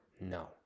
No